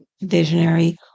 visionary